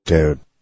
Dude